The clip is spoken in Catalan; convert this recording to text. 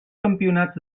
campionats